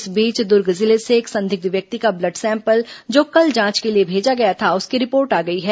इस बीच दुर्ग जिले से एक संदिग्ध व्यक्ति का ब्लड सैंपल जो कल जांच के लिए भेजा गया था उसकी रिपोर्ट आ गई है